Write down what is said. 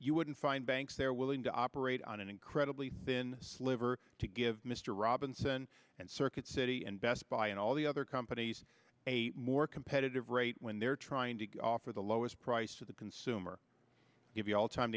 you wouldn't find banks there willing to operate on an incredibly been sliver to give mr robinson and circuit city and best buy and all the other companies a more competitive rate when they're trying to offer the lowest price to the consumer if you all time